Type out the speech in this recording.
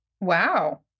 Wow